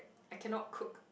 I cannot cook